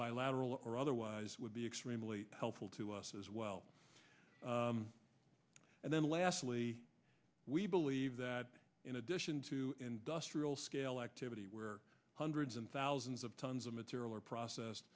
bilateral or otherwise would be extremely helpful to us as well and then lastly we believe that in addition to industrial scale activity where hundreds and thousands of tons of material are process